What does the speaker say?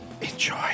enjoy